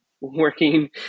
working